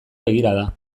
begirada